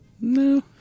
No